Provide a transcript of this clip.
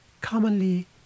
commonly